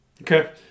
Okay